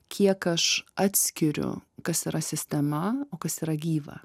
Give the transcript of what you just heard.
kiek aš atskiriu kas yra sistema o kas yra gyva